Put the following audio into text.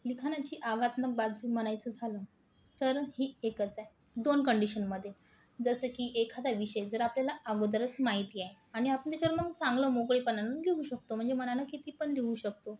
लिखाणाची आव्हानात्मक बाजू म्हणायचं झालं तर ही एकच आहे दोन कंडिशनमध्ये जसं की एखादा विषय जर आपल्याला अगोदरच माहिती आहे आणि आपण त्याच्यावर मग चांगलं मोकळेपणानं लिहू शकतो म्हणजे मनानं किती पण लिहू शकतो